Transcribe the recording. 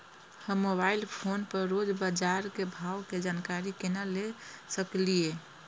हम mobile phone पर रोज बाजार के भाव के जानकारी केना ले सकलिये?